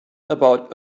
about